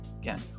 Again